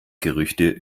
gerüchte